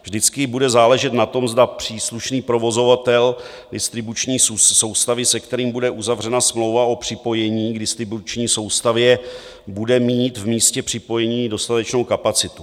Vždycky bude záležet na tom, zda příslušný provozovatel distribuční soustavy, se kterým bude uzavřena smlouva o připojení k distribuční soustavě, bude mít v místě připojení dostatečnou kapacitu.